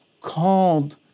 called